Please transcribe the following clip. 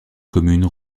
commune